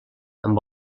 amb